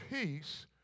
peace